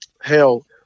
Hell